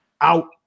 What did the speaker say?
out